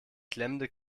klemmende